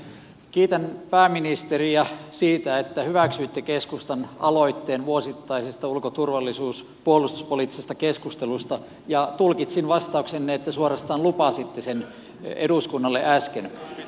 kiitän pääministeriä siitä että hyväksyitte keskustan aloitteen vuosittaisesta ulko turvallisuus ja puolustuspoliittisesta keskustelusta ja tulkitsin vastauksenne että suorastaan lupasitte sen eduskunnalle äsken